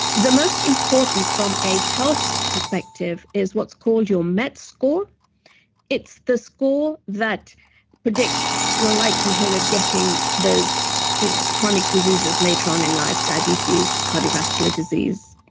the most important from a health perspective is what's called your met score it's the score that predicts your likelihood of getting those you know chronic diseases later on in life, diabetes, cardiovascular disease,